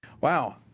Wow